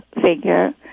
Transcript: figure